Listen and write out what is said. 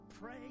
pray